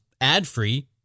ad-free